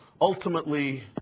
ultimately